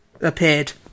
appeared